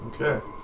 okay